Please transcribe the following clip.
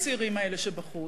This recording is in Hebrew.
לצעירים האלה שבחוץ.